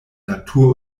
natur